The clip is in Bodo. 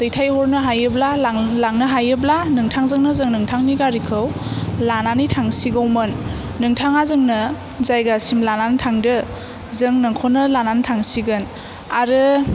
दैथाय हरनो हायोब्ला लां लांनो हायोब्ला नोंथांजोंनो जों नोंथांनि गारिखौ लानानै थांसिगौमोन नोंथाङा जोंनो जायगासिम लानानै थांदो जों नोंखौनो लानानै थांसिगोन आरो